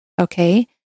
okay